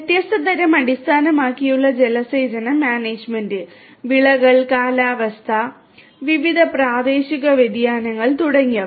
വ്യത്യസ്ത തരം അടിസ്ഥാനമാക്കിയുള്ള ജലസേചന മാനേജ്മെന്റ് വിളകൾ കാലാവസ്ഥ വിവിധ പ്രാദേശിക വ്യതിയാനങ്ങൾ തുടങ്ങിയവ